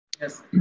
Yes